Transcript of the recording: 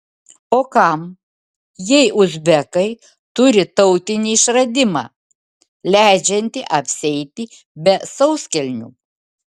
o kam jei uzbekai turi tautinį išradimą leidžiantį apsieiti be sauskelnių